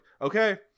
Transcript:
okay